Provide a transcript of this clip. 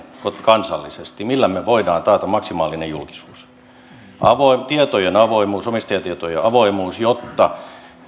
kansallisesti millä me voimme taata maksimaalisen julkisuuden tietojen avoimuus omistajatietojen avoimuus jotta